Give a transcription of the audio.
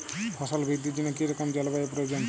ফসল বৃদ্ধির জন্য কী রকম জলবায়ু প্রয়োজন?